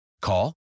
Call